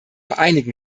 einigen